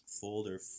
folder